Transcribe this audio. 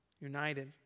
united